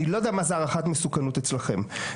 אני לא יודע מה זה הערכת מסוכנות אצלכם ולכן